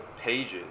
pages